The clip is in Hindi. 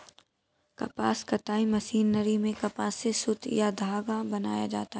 कपास कताई मशीनरी में कपास से सुत या धागा बनाया जाता है